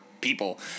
people